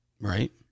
Right